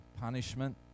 punishment